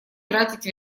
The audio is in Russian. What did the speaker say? тратить